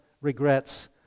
regrets